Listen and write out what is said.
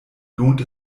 lohnt